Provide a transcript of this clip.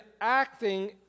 acting